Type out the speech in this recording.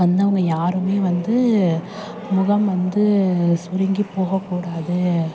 வந்தவங்க யாருமே வந்து முகம் வந்து சுருங்கி போகக்கூடாது